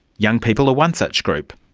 young people are one such group.